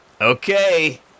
Okay